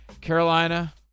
Carolina